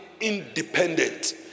independent